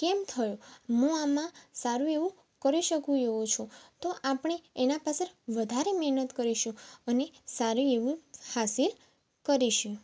કેમ થયો હું આમાં સારું એવું કરી શકું એવો છું તો આપણે એના પાછળ વધારે મહેનત કરીશું અને સારું એવું હાસિલ કરીશું